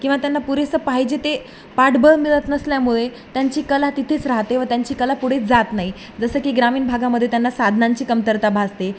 किंवा त्यांना पुरेसं पाहिजे ते पाठबळ मिळत नसल्यामुळे त्यांची कला तिथेच राहते व त्यांची कला पुढेच जात नाही जसं की ग्रामीण भागामध्ये त्यांना साधनांची कमतरता भासते